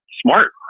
Smart